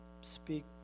speak